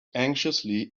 anxiously